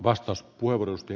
arvoisa puhemies